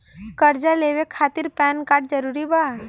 कर्जा लेवे खातिर पैन कार्ड जरूरी बा?